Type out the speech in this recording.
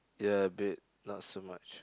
ya a bit not so much